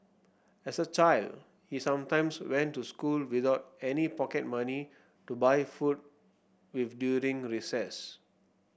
as a child he sometimes went to school without any pocket money to buy food with during recess